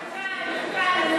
תוקן, תוקן, תוקן.